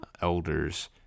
elders